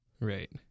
Right